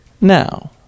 Now